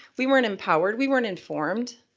we weren't empowered, we weren't informed.